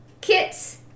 kits